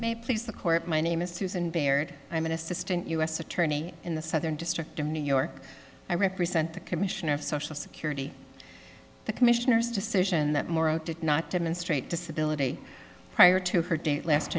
may please the court my name is susan baird i'm an assistant u s attorney in the southern district of new york i represent the commissioner of social security the commissioner's decision that mauro did not demonstrate disability prior to her date l